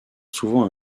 souvent